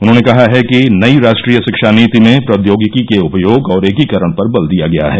उन्होंने कहा है कि नई राष्ट्रीय शिक्षा नीति में प्रौद्योगिकी के उपयोग और एकीकरण पर बल दिया गया है